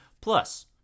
Plus